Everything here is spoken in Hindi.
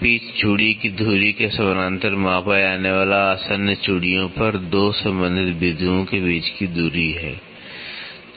पिच चूड़ी की धुरी के समानांतर मापा जाने वाले आसन्न चूड़ियों पर 2 संबंधित बिंदुओं के बीच की दूरी है